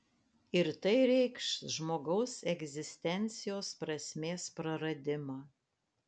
ir tai reikš žmogaus egzistencijos prasmės praradimą